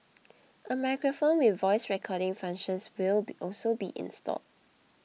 a microphone with voice recording functions will be also be installed